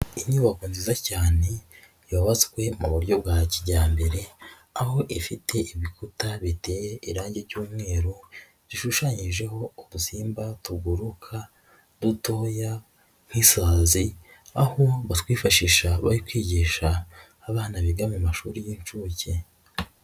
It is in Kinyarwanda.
Inyubako nziza cyane yubatswe mu buryo bwa kijyambere aho ifite ibikuta biteye irange ry'umweru bishushanyijeho udusimba tuguruka, dutoya nk'isazi aho batwifashisha bari kwigisha abana biga mu mashuri y'inshuke.